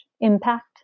impact